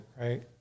right